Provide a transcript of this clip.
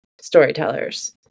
storytellers